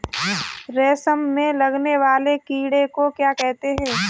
रेशम में लगने वाले कीड़े को क्या कहते हैं?